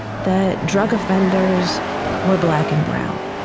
that drug offenders were black and brown.